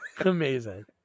Amazing